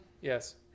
Yes